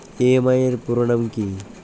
EMI এর পুরোনাম কী?